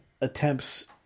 attempts